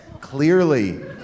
clearly